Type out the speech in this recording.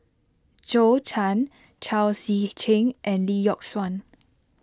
Zhou Can Chao Tzee Cheng and Lee Yock Suan